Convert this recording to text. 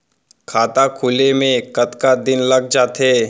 खाता खुले में कतका दिन लग जथे?